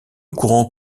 courant